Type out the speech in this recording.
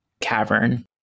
cavern